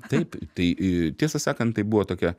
taip tai tiesą sakant tai buvo tokia